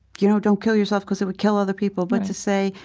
you know, don't kill yourself cause it would kill other people, but to say,